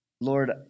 Lord